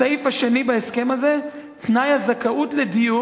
הסעיף השני בהסכם הזה: "תנאי הזכאות לדיור".